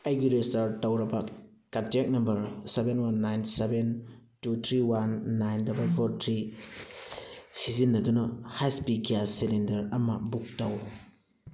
ꯑꯩꯒꯤ ꯔꯦꯖꯤꯁꯇꯔ ꯇꯧꯔꯕ contact number seven one nine seven two three one nine double four three ꯁꯤꯖꯤꯟꯅꯗꯨꯅ H P gas cylinder ꯑꯃ book ꯇꯧ